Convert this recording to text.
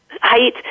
height